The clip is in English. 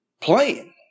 playing